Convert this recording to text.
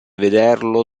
vederlo